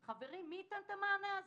חברים, מי ייתן את המענה הזה?